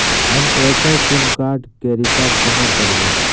हम Airtel SIM card केँ recharge कोना करबै?